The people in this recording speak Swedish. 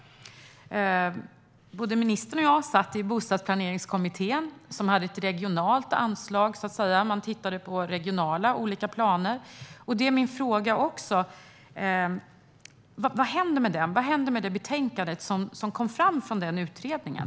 Både ministern och jag satt i Bostadsplaneringskommittén, som hade ett regionalt anslag; man tittade på olika regionala planer. Min andra fråga är vad som händer med det betänkande som kom fram från den utredningen.